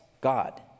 God